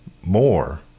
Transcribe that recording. more